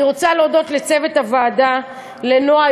אני רוצה להודות לצוות הוועדה: לנועה,